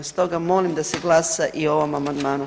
Stoga molim da se glasa i o ovom amandmanu.